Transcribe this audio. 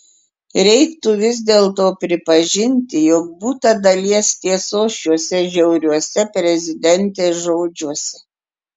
reiktų vis dėlto pripažinti jog būta dalies tiesos šiuose žiauriuose prezidentės žodžiuose